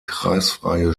kreisfreie